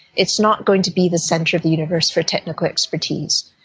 it's not going to be the centre of the universe for technical expertise.